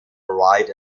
right